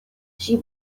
she